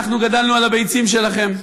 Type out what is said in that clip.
אנחנו גדלנו על הביצים שלכם,